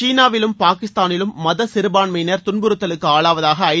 சீனாவிலும் பாகிஸ்ானிலும் மத சிறபான்மையினர் துன்பறுத்தலுக்கு ஆளாவதாக் ஐ